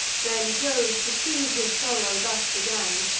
then jove, to soothe his sorrow, thus began